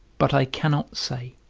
but i cannot say,